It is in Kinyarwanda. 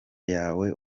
yawe